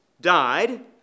died